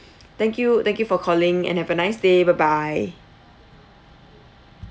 thank you thank you for calling and have a nice day bye bye